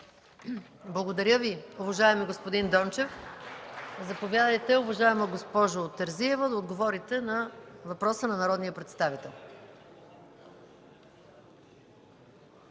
Благодаря Ви, уважаеми господин Дончев. Заповядайте, госпожо Терзиева, да отговорите на въпроса на народния представител.